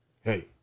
hey